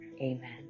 amen